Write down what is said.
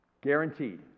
Guaranteed